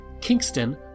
Kingston